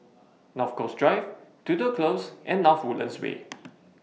North Coast Drive Tudor Close and North Woodlands Way